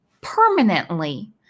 permanently